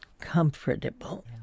comfortable